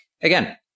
again